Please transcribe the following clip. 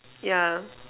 yeah